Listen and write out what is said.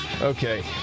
Okay